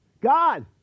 God